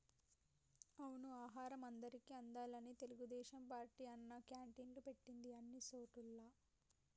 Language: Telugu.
అవును ఆహారం అందరికి అందాలని తెలుగుదేశం పార్టీ అన్నా క్యాంటీన్లు పెట్టింది అన్ని సోటుల్లా